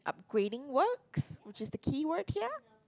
upgrading works which is the keyword here